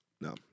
No